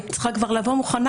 היית צריכה כבר לבוא מוכנה,